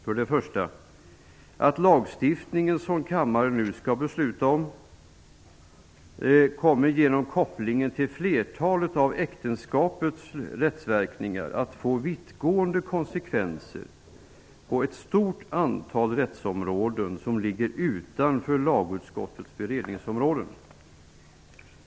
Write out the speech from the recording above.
För det första: Den lagstiftning som kammaren nu skall besluta om kommer genom kopplingen till flertalet av äktenskapets rättsverkningar att få vittgående konsekvenser på ett stort antal rättsområden utanför lagutskottets beredningsområden.